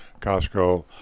Costco